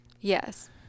yes